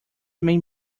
main